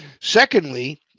secondly